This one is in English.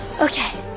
Okay